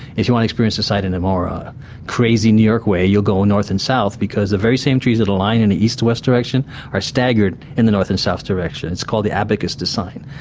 if you want to experience the site in a more ah crazy new york way, you'll go north and south, because the very same trees that align in the east-west direction are staggered in the north and south direction. it's called the abacus design.